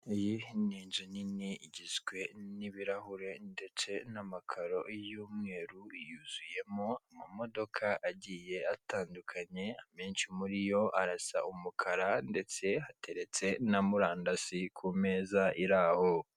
Iyi ni inzu nini igizwe n'ibirahure, ndetse n'amakaro y'umweru yuzuyemo, amamodoka agiye atandukanye amenshi muri yo arasa umukara, ndetse hateretse na murandasi ku meza iraho.